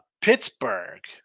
Pittsburgh